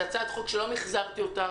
זו הצעת חוק שלא מִחזרתי אותה,